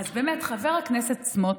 אז באמת, חבר הכנסת סמוטריץ',